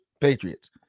Patriots